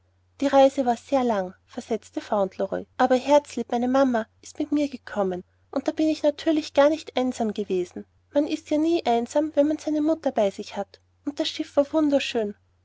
die reise war sehr lang versetzte fauntleroy aber herzlieb meine mama ist mit mir gekommen und da bin ich natürlich gar nicht einsam gewesen man ist ja nie einsam wenn man seine mutter bei sich hat und das schiff war wunderschön